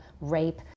rape-